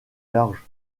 large